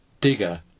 Digger